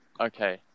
Okay